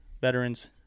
veterans